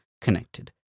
connected